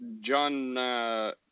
John